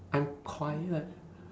I'm quiet